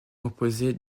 composée